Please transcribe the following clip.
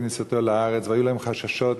בכ"ט בסיוון, ערב חודש תמוז.